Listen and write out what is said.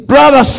Brother